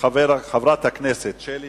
חברת הכנסת שלי יחימוביץ.